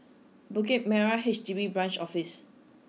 Bukit Merah H D B Branch Office